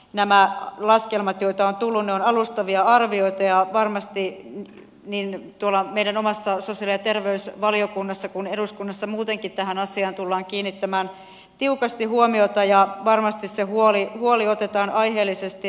nämä laskelmat joita on tullut ovat alustavia arvioita ja varmasti niin meidän omassa sosiaali ja terveysvaliokunnassa kuin eduskunnassa muutenkin tähän asiaan tullaan kiinnittämään tiukasti huomiota ja varmasti se huoli otetaan aiheellisesti